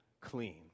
clean